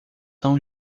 são